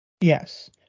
Yes